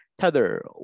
Tether